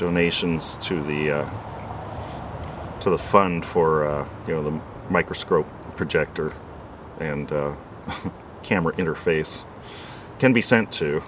donations to the to the fund for you know the microscope projector and camera interface can be sent to